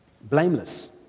Blameless